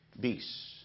beasts